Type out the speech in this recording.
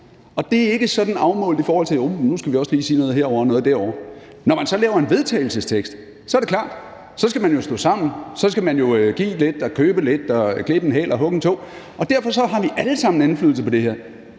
og det er ikke sådan afmålt i forhold til at sige, at nu skal vi også lige sige noget herovre og noget derovre. Når man så laver en vedtagelsestekst, er det klart, at så skal man jo stå sammen; så skal man give lidt og købe lidt, hugge en hæl og klippe en tå. Og derfor har vi alle sammen indflydelse på det her.